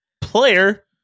player